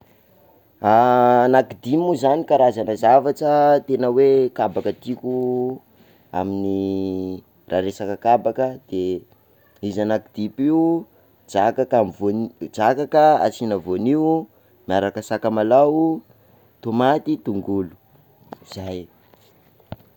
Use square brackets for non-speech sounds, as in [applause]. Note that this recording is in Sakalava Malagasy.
[hesitation] Anakidimy moa zany ny karazana zavatra, tena hoe kabaka tiako amin'ny raha resaka kabaka, de izy anakidimy io: drakaka amy voan- drakaka asiana voanio, miaraka sakamalao, tomaty, tongolo, zay.